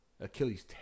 Achilles